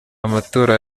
amatora